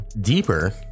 deeper